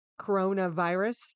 coronavirus